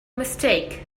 mistake